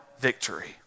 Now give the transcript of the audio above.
victory